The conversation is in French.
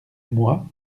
moi